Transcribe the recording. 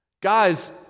Guys